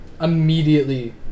immediately